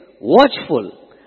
watchful